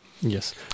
Yes